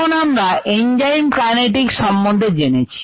এখন আমরা enzyme kinetic সম্বন্ধে জেনেছি